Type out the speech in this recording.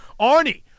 Arnie